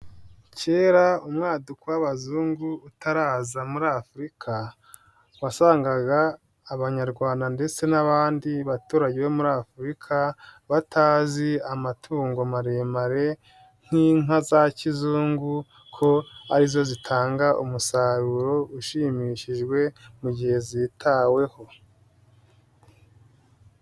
Kera umwaduko w'abazungu utaraza muri Afurika, wasangaga Abanyarwanda ndetse n'abandi baturage bo muri Afurika batazi amatungo maremare nk'inka za kizungu ko ari zo zitanga umusaruro ushimishijwe mu gihe zitaweho.